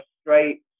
straight